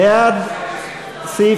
על סעיף